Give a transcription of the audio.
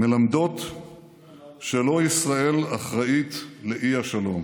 מלמדות שלא ישראל אחראית לַאי-שלום.